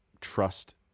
Trust